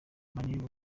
muniru